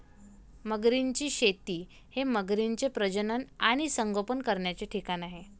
मगरींची शेती हे मगरींचे प्रजनन आणि संगोपन करण्याचे ठिकाण आहे